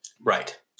right